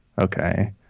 Okay